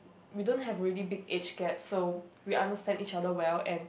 we don't have really big age gap so we understand each other well and